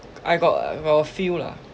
I got got a few lah